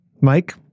Mike